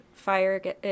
fire